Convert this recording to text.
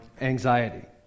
anxiety